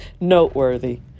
noteworthy